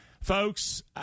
Folks